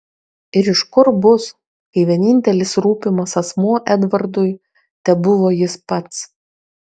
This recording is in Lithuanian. ir iš kur bus kai vienintelis rūpimas asmuo edvardui tebuvo jis pats